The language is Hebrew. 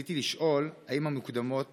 רציתי לשאול אם המקדמות